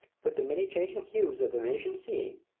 with the many changing hues of the venetian scene,